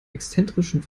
exzentrischen